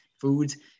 foods